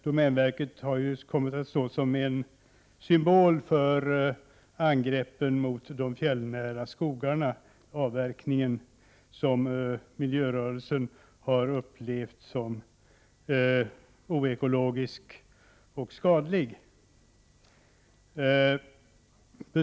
Domänverket har kommit att stå som symbol för angreppen mot de fjällnära skogarna och avverkningen där, något som miljörörelsen upplevt som oekologiskt och skadligt.